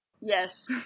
Yes